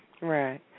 Right